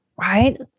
right